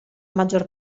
maggior